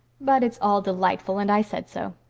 but it's all delightful and i said so.